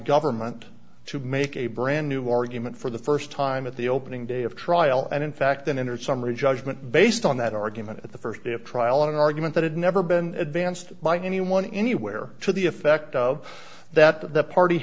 government to make a brand new argument for the st time at the opening day of trial and in fact an inner summary judgment based on that argument at the st day of trial in an argument that had never been advanced by anyone anywhere to the effect of that the party